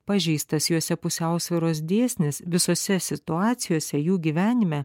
pažeistas juose pusiausvyros dėsnis visose situacijose jų gyvenime